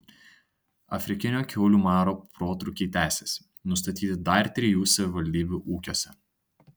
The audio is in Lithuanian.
afrikinio kiaulių maro protrūkiai tęsiasi nustatyti dar trijų savivaldybių ūkiuose